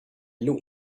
looked